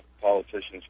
politicians